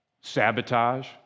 sabotage